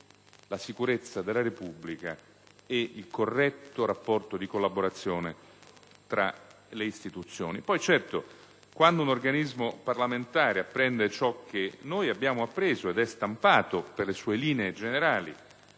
la sicurezza della Repubblica e il corretto rapporto di collaborazione tra le istituzioni. Poi, certo, quando un organismo parlamentare apprende ciò che noi abbiamo appreso e che è stampato, nelle sue linee generali,